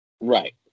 Right